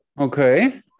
Okay